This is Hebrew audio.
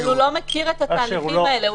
אבל, הוא לא מכיר את התהליכים האלה.